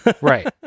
Right